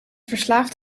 verslaafd